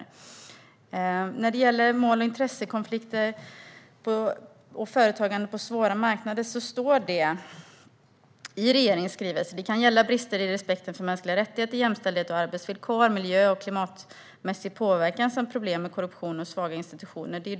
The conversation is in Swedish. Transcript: I regeringens skrivelse står det avseende mål och intressekonflikter och företagande på svåra marknader att "det kan gälla brister i respekten för mänskliga rättigheter, jämställdhet och arbetsvillkor, miljö och klimatmässig påverkan samt problem med korruption och svaga institutioner".